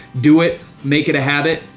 do it, make it a habit.